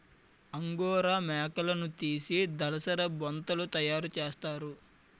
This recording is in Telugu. అంగోరా మేకలున్నితీసి దలసరి బొంతలు తయారసేస్తారు